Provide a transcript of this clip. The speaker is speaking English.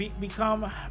become